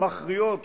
מכריעות